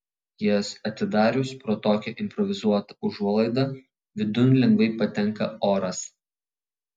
jas atidarius pro tokią improvizuotą užuolaidą vidun lengvai patenka oras